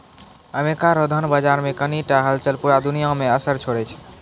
America रो धन बाजार मे कनी टा हलचल पूरा दुनिया मे असर छोड़ै छै